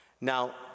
Now